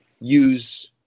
use